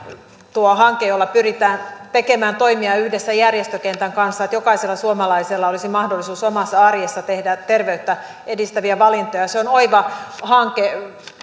tuo hanke jolla pyritään tekemään toimia yhdessä järjestökentän kanssa että jokaisella suomalaisella olisi mahdollisuus omassa arjessaan tehdä terveyttä edistäviä valintoja on oiva hanke